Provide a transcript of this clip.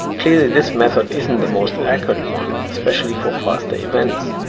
clearly this method isn't the most accurate one, especially for faster events.